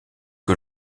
que